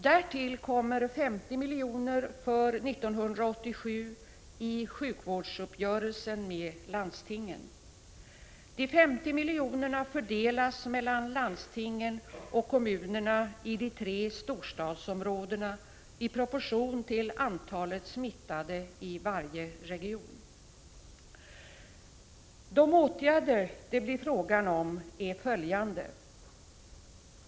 Därtill kommer 50 milj.kr. för 1987 i sjukvårdsuppgörelsen med landstingen. De 50 miljonerna fördelas mellan landstingen och kommunerna i de tre storstadsområdena i proportion till antalet smittade i varje region. De åtgärder det blir fråga om är följande.